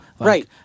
Right